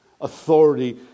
authority